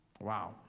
Wow